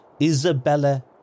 Isabella